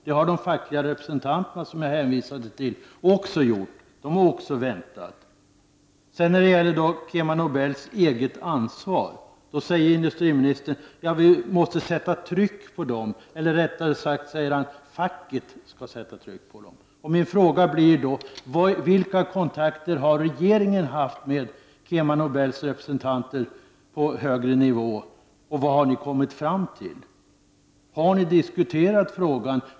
Det har de fackliga representanterna också gjort. I fråga om KemaNords eget ansvar säger industriministern att vi måste sätta tryck på dem, eller rättare sagt att facket skall sätta tryck på dem. Mina frågor blir då: Vilka kontakter har regeringen haft med KemaNobels representanter på högre nivå och vad har ni kommit fram till? Har ni diskuterat frågan?